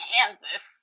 Kansas